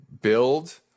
build